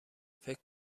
فکر